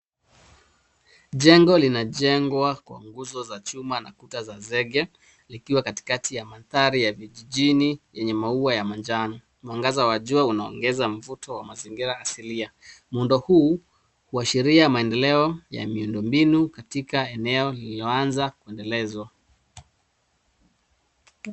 Jengo linajengwa kwa nguzo za chuma na kuta za zege, zikiwa katikati ya manthari ya vijijini yenye maua ya manjano. Mwangaza wa jua unaongeza mvuto wa mazingira asilia. Muundo huu, huashiria maendeleo ya miundombinu katika eneo lilioanza kuendelezwa.